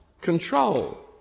control